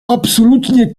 absolutnie